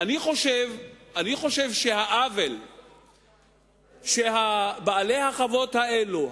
אני חושב שהעוול שבעלי החוות האלה,